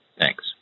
Thanks